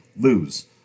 lose